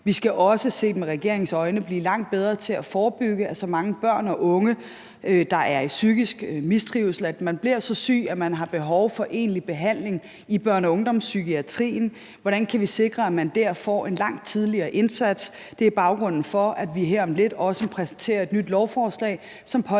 Vi skal også, set med regeringens øjne, blive langt bedre til at forebygge, at så mange børn og unge, der er i psykisk mistrivsel, bliver så syge, at de har behov for egentlig behandling i børne- og ungdomspsykiatrien. Hvordan kan vi sikre, at man der får en langt tidligere indsats? Det er baggrunden for, at vi her om lidt også præsenterer et nyt lovforslag,